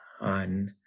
on